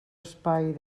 espai